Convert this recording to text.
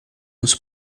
nos